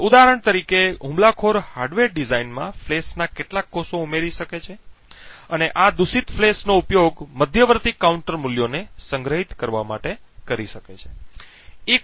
તેથી ઉદાહરણ તરીકે હુમલાખોર હાર્ડવેર ડિઝાઇનમાં ફ્લેશના કેટલાક કોષો ઉમેરી શકે છે અને આ દૂષિત ફ્લેશનો ઉપયોગ મધ્યવર્તી કાઉન્ટર મૂલ્યોને સંગ્રહિત કરવા માટે કરી શકે છે